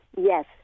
yes